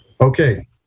okay